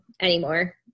anymore